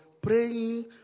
praying